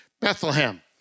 Bethlehem